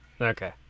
Okay